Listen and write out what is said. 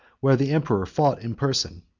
where the emperor fought in person.